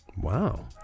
Wow